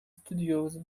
studio